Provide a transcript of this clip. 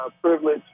privilege